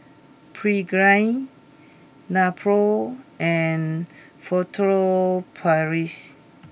Pregain Nepro and Furtere Paris